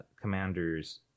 commander's